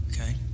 okay